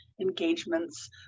engagements